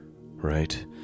right